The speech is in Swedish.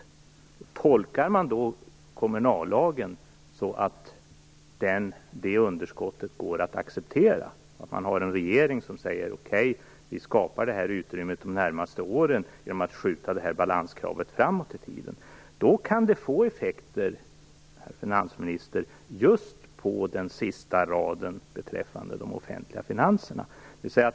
Man tolkar då kommunallagen så, att det underskottet går att acceptera. Det finns en regering som säger: Okej, vi skapar det här utrymmet de närmaste åren genom att skjuta balanskravet framåt i tiden. Då kan det få effekter, herr finansminister, just på den sista raden beträffande de offentliga finanserna.